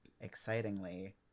excitingly